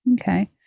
Okay